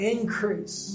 Increase